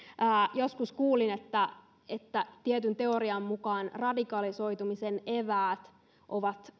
joskus kuulin että tietyn teorian mukaan radikalisoitumisen eväät ovat